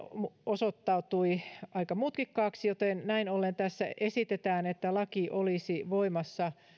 osoittautui aika mutkikkaaksi joten näin ollen tässä esitetään että laki olisi voimassa